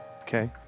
Okay